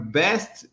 best